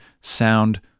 sound